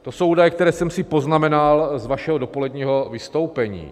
To jsou údaje, které jsem si poznamenal z vašeho dopoledního vystoupení.